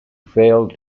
failed